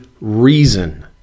reason